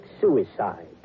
suicide